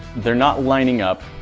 they're not lining up.